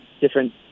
different